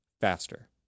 faster